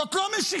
זאת לא משיחיות,